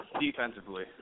defensively